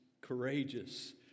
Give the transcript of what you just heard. courageous